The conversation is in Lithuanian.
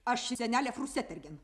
aš senelė frusetergin